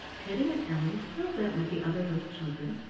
teddy and ellen still went with the other little children,